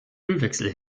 ölwechsel